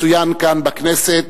מצוין כאן בכנסת.